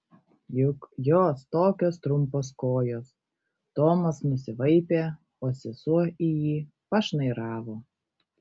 juk jos tokios trumpos kojos tomas nusivaipė o sesuo į jį pašnairavo